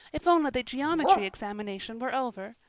if only the geometry examination were over!